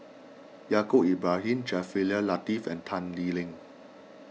Yaacob Ibrahim Jaafar Latiff and Tan Lee Leng